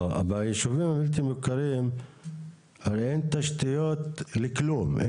לא, בישובים הבלתי מוכרים הרי אין תשתיות לכלום.